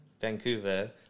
Vancouver